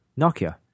Nokia